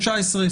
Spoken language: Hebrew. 2019,